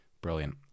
brilliant